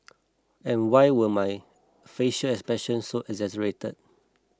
and why were my facial expressions so exaggerated